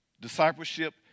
Discipleship